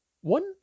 One